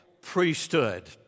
priesthood